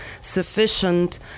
sufficient